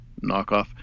knockoff